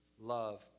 Love